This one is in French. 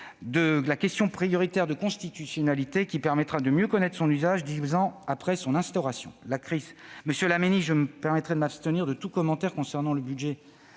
de la question prioritaire de constitutionnalité (QPC) qui permettra de mieux connaître son usage, dix ans après son instauration. Monsieur Laménie, je me permettrai de m'abstenir de tout commentaire concernant le budget